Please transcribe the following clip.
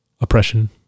Oppression